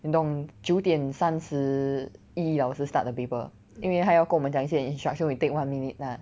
你懂九点三十一 liao 是 start the paper 因为他要跟我们讲一些 instruction we take one minute lah